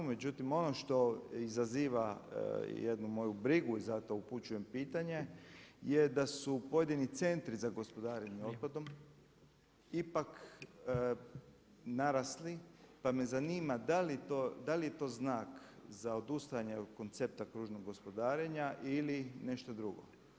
Međutim ono što izaziva jednu moju brigu i zato upućujem pitanje je da su pojedini centri za gospodarenjem otpadom ipak narasli ipak narasli, pa me zanima da li je to znak za odustajanje od koncepta kružnog gospodarenja ili nešto drugo.